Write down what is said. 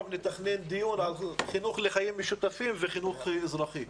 נתכנן דיון על חינוך לחיים משותפים וחינוך אזרחי.